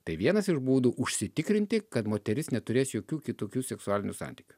tai vienas iš būdų užsitikrinti kad moteris neturės jokių kitokių seksualinių santykių